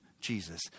Jesus